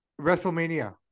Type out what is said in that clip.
WrestleMania